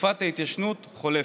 שתקופת ההתיישנות חולפת.